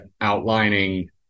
outlining